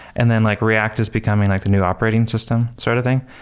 and then like react is becoming like the new operating system sort of thing,